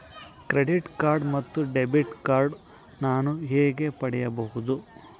Credit card ಮತ್ತು debit card ನಾನು ಹೇಗೆ ಪಡೆಯಬಹುದು?